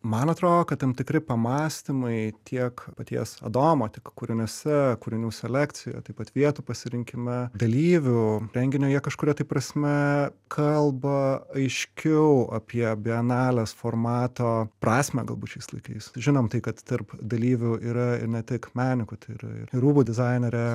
man atrodo kad tam tikri pamąstymai tiek paties adomo tiek kūriniuose kūrinių selekcija taip pat vietų pasirinkime dalyvių renginio jie kažkuria prasme kalba aiškiau apie bienalės formato prasmę galbūt šiais laikais žinom tai kad tarp dalyvių yra ir ne tik menininkų tai yra ir rūbų dizainerė